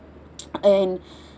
and